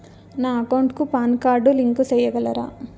నా అకౌంట్ కు PAN card link సేయగలరా?